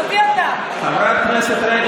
חברת הכנסת רגב,